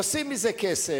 עושים מזה כסף,